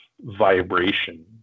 vibration